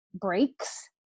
breaks